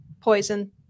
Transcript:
poison